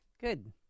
Good